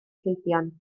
llwydion